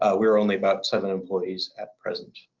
ah we're only about seven employees at present.